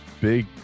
big